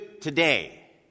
today